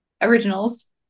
originals